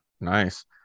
nice